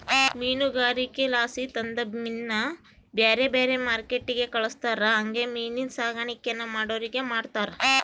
ಮೀನುಗಾರಿಕೆಲಾಸಿ ತಂದ ಮೀನ್ನ ಬ್ಯಾರೆ ಬ್ಯಾರೆ ಮಾರ್ಕೆಟ್ಟಿಗೆ ಕಳಿಸ್ತಾರ ಹಂಗೆ ಮೀನಿನ್ ಸಾಕಾಣಿಕೇನ ಮಾಡೋರಿಗೆ ಮಾರ್ತಾರ